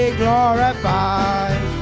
glorified